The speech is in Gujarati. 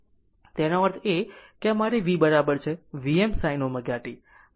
તેનો અર્થ એ કે મારી v બરાબર છે Vm sin ω t